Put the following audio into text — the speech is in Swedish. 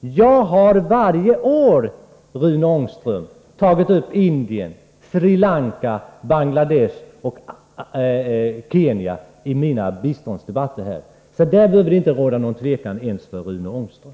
Jag har varje år i biståndsdebatterna tagit upp Indien, Sri Lanka, Bangladesh och Kenya. Därom behöver det inte råda något tvivel, inte ens hos Rune Ångström.